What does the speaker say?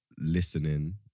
listening